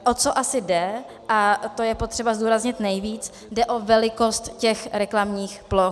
O co asi jde, a to je potřeba zdůraznit nejvíc, jde o velikost těch reklamních ploch.